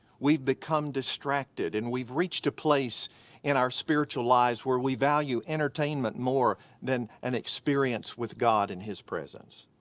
we've become distracted and we've reached a place in our spiritual lives where we value entertainment more than an experience with god in his presence.